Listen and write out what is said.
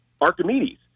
Archimedes